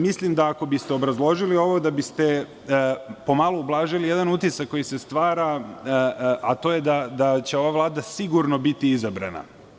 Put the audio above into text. Mislim da ako biste obrazložili ovo, da biste pomalo ublažili jedan utisak koji se stvara, a to je da će ova Vlada biti sigurno izabrana.